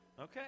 Okay